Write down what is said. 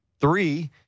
three